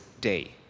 day